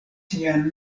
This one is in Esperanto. sian